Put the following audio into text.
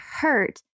hurt